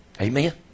Amen